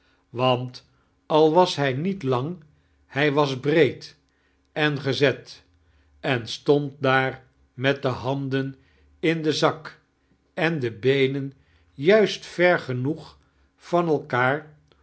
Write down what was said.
want al was hij niet lang hij was breed en gezet en stond daar met de handen in den zak en die beenen juist ver geinioeg van elkaar